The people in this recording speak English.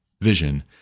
vision